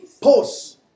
pause